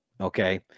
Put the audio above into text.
Okay